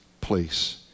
place